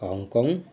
Hong Kong